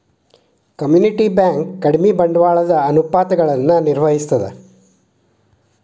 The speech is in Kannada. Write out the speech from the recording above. ಕಮ್ಯುನಿಟಿ ಬ್ಯಂಕ್ ಕಡಿಮಿ ಬಂಡವಾಳದ ಅನುಪಾತಗಳನ್ನ ನಿರ್ವಹಿಸ್ತದ